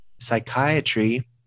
psychiatry